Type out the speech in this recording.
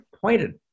pointed